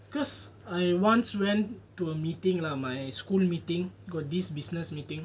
cause I once went to a meeting lah my school meeting got this business meeting